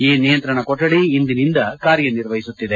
ಈ ನಿಯಂತ್ರಣ ಕೊಠಡಿ ಇಂದಿನಿಂದ ಕಾರ್ಯ ನಿರ್ವಹಿಸುತ್ತಿದೆ